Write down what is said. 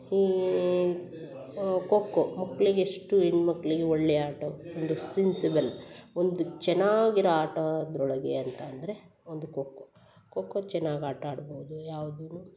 ಈ ಖೋ ಖೋ ಮಕ್ಳಿಗೆ ಎಷ್ಟು ಹೆಣ್ ಮಕ್ಕಳಿಗೆ ಒಳ್ಳೆಯ ಆಟ ಒಂದು ಸಿನ್ಸೆಬಲ್ ಒಂದು ಚೆನ್ನಾಗಿರೋ ಆಟ ಅದರೊಳಗೆ ಅಂತಂದರೆ ಒಂದು ಖೋ ಖೋ ಖೋ ಖೋ ಚೆನ್ನಾಗಿ ಆಟಾಡ್ಬೋದು ಯಾವ್ದೂ